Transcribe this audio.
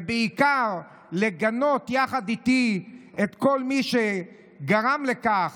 ובעיקר לגנות יחד איתי את כל מי שגרם לכך